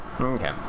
okay